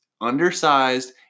undersized